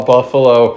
Buffalo